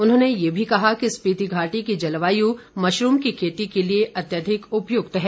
उन्होंने ये भी कहा कि स्पिति घाटी की जलवायु मशरूम की खेती के लिए अत्यधिक उपयुक्त है